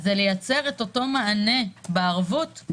זה לייצר אותו מענה בערבות,